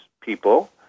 people